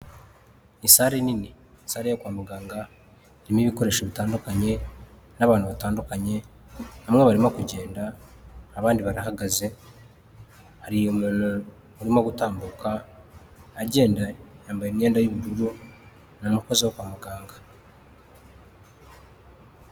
Ni sale nini; sale yo kwa muganga irimo ibikoresho bitandukanye n'abantu batandukanye bamwe barimo kugenda abandi barahagaze; hari umuntu urimo gutambuka agenda yambaye imyenda y'ubururu ni umukozi wo kwa muganga.